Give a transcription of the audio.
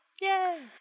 Yay